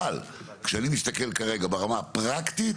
אבל כשאני מסתכל כרגע ברמה הפרקטית